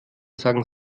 sagen